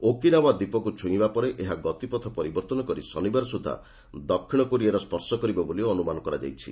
Okinawa ଦ୍ୱୀପକୁ ଛୁଇଁବା ପରେ ଏହା ଗତିପଥ ପରିବର୍ତ୍ତନ କରି ଶନିବାର ସୁଦ୍ଧା ଦକ୍ଷିଣ କୋରିଆକୁ ସ୍ୱର୍ଶ କରିବ ବୋଲି ଅନୁମାନ କରାଯାଇଛି